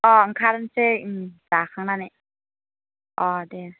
अ' ओंखारसै उम जाखांनानै अ' दे